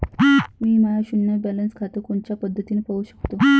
मी माय शुन्य बॅलन्स खातं कोनच्या पद्धतीनं पाहू शकतो?